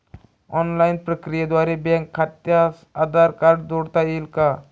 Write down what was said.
Online प्रक्रियेद्वारे bank खात्यास Aadhaar card जोडता येईल का?